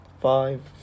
five